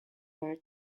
were